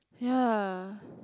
ya